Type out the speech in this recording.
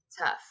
tough